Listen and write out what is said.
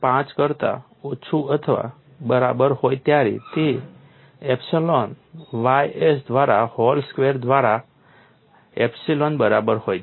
5 કરતા ઓછું અથવા બરાબર હોય ત્યારે તે એપ્સિલોન ys દ્વારા હૉલ સ્ક્વેર દ્વારા એપ્સિલોન બરાબર હોય છે